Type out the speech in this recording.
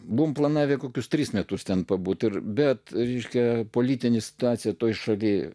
buvome planavę kokius tris metus ten pabūti ir bet ryškia politine situacija toje šalyje